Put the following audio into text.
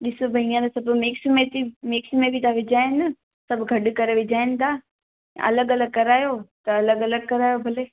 ॾिस त हींअर थो सुठो मिक्स में थी मिक्स में बि त विझाइनि सभु गॾु करे विझाइनि था अलॻि अलॻि करायो त अलॻि अलॻि करायो भले